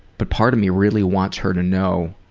but part of me really wants her to know